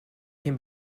can